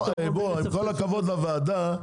עם כל הכבוד לוועדה,